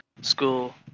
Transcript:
school